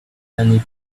anything